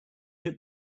took